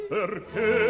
Perché